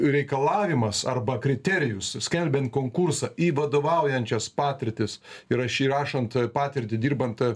reikalavimas arba kriterijus skelbiant konkursą į vadovaujančias patirtis įraš įrašant patirtį dirbant